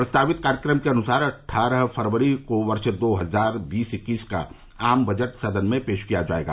प्रस्तावित कार्यक्रम के अनुसार अट्ठारह फरवरी को वर्ष दो हजार बीस इक्कीस का आम बजट सदन में पेश किया जायेगा